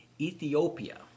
Ethiopia